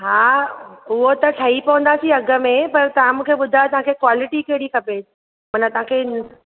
हा उहा त ठई पवंदासी अॻु में पर तव्हां मूंखे ॿुधायो तव्हांखे क्वालिटी कहिड़ी खपे माना तव्हांखे